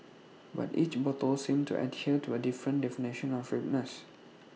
but each bottle seemed to adhere to A different definition of ripeness